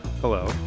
hello